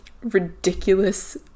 ridiculous